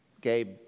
Gabe